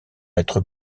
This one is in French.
être